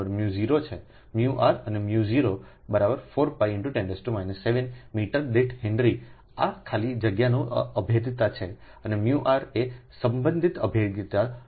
µrઅનેµ04π×10 7મીટર દીઠ હેનરી એ ખાલી જગ્યાની અભેદ્યતા છે અનેµrએ સંબંધિત અભેદ્યતા યોગ્ય છે